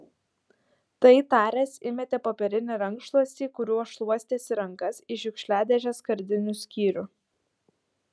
tai taręs įmetė popierinį rankšluostį kuriuo šluostėsi rankas į šiukšliadėžės skardinių skyrių